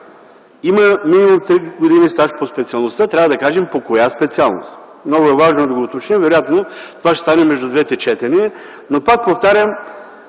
има минимум три години стаж по специалността, трябва да кажем по коя специалност. Много е важно да го уточним – вероятно това ще стане между двете четения. Пак повтарям,